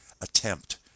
attempt